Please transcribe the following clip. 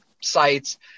sites